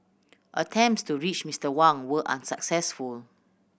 attempts to reach Mister Wang were unsuccessful